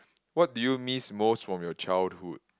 what do you miss most from your childhood